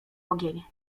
ogień